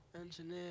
engineer